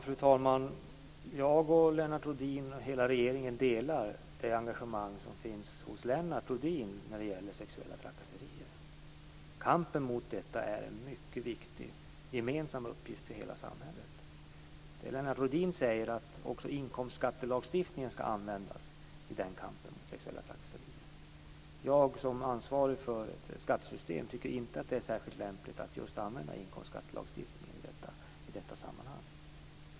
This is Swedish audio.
Fru talman! Jag och hela regeringen delar Lennart Rohdins engagemang när det gäller sexuella trakasserier. Kampen mot detta är en mycket viktig gemensam uppgift för hela samhället. Det Lennart Rohdin säger är att också inkomstskattelagstiftningen skall användas i kampen mot sexuella trakasserier. Jag som ansvarig för ett skattesystem tycker inte att det är särskilt lämpligt att använda just inkomstskattelagstiftningen i detta sammanhang.